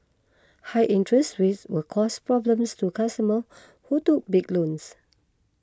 high interest rates will cause problems to customers who took big loans